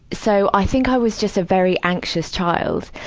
so, i think i was just a very anxious child.